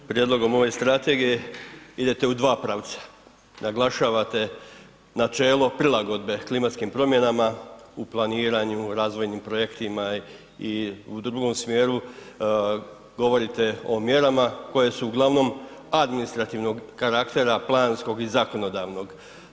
Prijedlogom ove Strategije idete u dva pravca, naglašavate načelo prilagodbe klimatskim promjenama u planiranju, u razvojnim projektima i u drugom smjeru govorite o mjerama koju se uglavnom administrativnog karaktera, planskog i zakonodavnog.